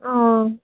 अँ